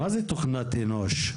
מה זה תוכנת אנוש?